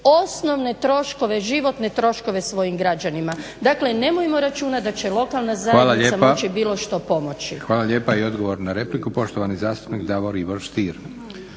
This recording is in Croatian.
osnovne troškove životne troškove svojim građanima. Dakle nemojmo računati da će lokalna zajednica moći bilo što pomoći. **Leko, Josip (SDP)** Hvala lijepa. I odgovor na repliku poštovani zastupnik Davor Ivo Stier.